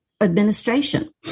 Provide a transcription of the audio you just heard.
administration